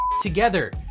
together